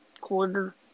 quarter